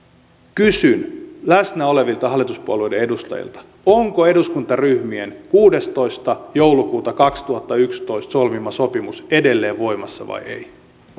kysyn läsnä olevilta hallituspuolueiden edustajilta onko eduskuntaryhmien kuudestoista joulukuuta kaksituhattayksitoista solmima sopimus edelleen voimassa vai ei